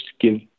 give